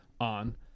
on